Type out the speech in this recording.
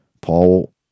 Paul